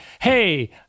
Hey